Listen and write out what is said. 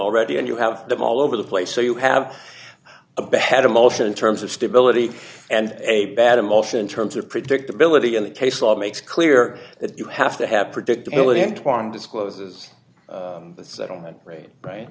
already and you have them all over the place so you have a bad emotion in terms of stability and a bad emotion in terms of predictability in the case law makes clear that you have to have predictability antwan discloses the settlement rate right